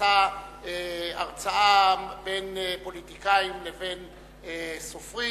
נשא הרצאה, בין פוליטיקאים לבין סופרים,